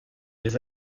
les